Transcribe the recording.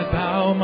bow